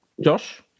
Josh